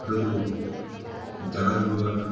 ಹರಿದು ಜನ ನಿಲುವ